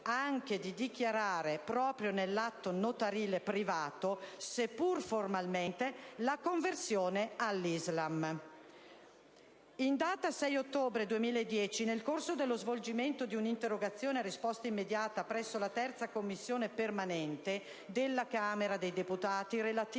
anche di dichiarare, proprio nell'atto notarile privato, seppur formalmente, la conversione all'Islam. In data 6 ottobre 2010, nel corso dello svolgimento di un'interrogazione a risposta immediata relativa all'argomento presso la III Commissione permanente della Camera dei deputati, il Governo